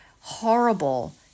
horrible